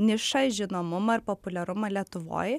nišą žinomumą ir populiarumą lietuvoj